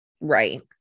Right